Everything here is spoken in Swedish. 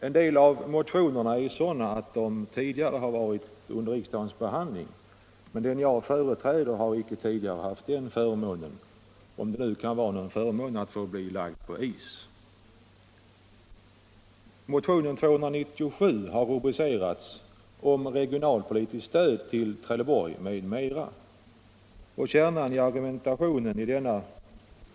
En del av motionerna upptar yrkanden som tidigare har behandlats av riksdagen, men den motion som jag företräder har inte tidigare haft den förmånen —- om det nu kan vara en förmån att bli lagd på is. 1.